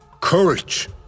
courage